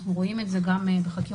אנחנו רואים את זה גם בחקירות.